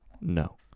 No